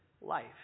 life